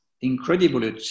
incredible